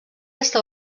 està